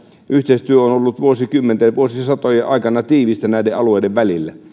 yhteistyö on ollut vuosikymmenten ja vuosisatojen aikana tiivistä näiden alueiden välillä